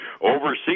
Overseas